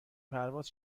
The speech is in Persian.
پرواز